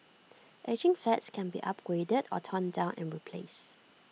ageing flats can be upgraded or torn down and replaced